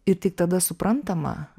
ir tik tada suprantama